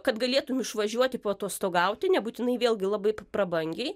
kad galėtum išvažiuoti paatostogauti nebūtinai vėlgi labai prabangiai